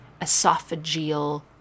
esophageal